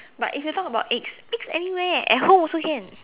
but if you talk about eggs eggs anywhere at home also can